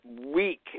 weak